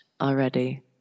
already